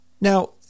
Now